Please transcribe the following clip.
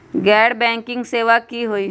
गैर बैंकिंग सेवा की होई?